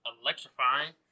electrifying